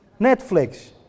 Netflix